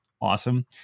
awesome